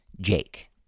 Jake